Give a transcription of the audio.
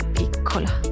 piccola